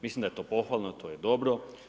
Mislim da je to pohvalno, to je dobro.